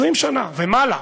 20 שנה ומעלה,